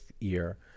year